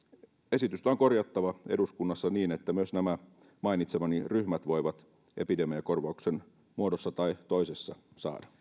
esitystä on korjattava eduskunnassa niin että myös nämä mainitsemani ryhmät voivat epidemiakorvauksen muodossa tai toisessa saada